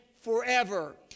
forever